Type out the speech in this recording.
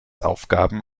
aufgaben